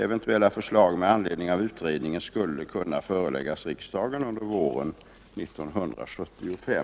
Eventuella förslag med anledning av utredningen skulle kunna föreläggas riksdagen under våren 1975.